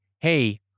hey